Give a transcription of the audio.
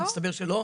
ומסתבר שלא.